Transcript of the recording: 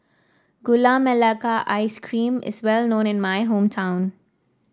Gula Melaka Ice Cream is well known in my hometown